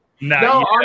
No